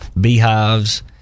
beehives